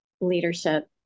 leadership